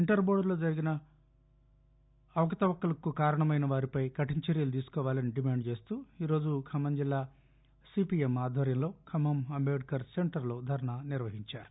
inter బోర్డులో జరిగిన అవకతవకలకు కారణమైన వారిపై కరిన చర్యలు తీసుకోవాలని డిమాండ్ చేస్తూ ఈ రోజు ఖమ్మం జిల్లా సిపిఎం ఆధ్వర్యంలో ఖమ్మం అంటేద్కర్ సెంటర్లో ధర్నా నిర్వహించారు